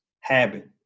habit